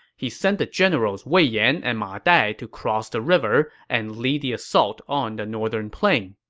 he sent the generals wei yan and ma dai to cross the river and lead the assault on the northern plain.